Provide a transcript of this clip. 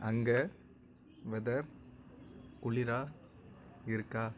அங்கே வெதர் குளிராக இருக்கா